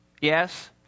Yes